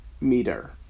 meter